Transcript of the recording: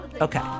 okay